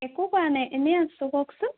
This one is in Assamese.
একো কৰা নাই এনেই আছোঁ কওকচোন